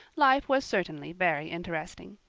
life was certainly very interesting.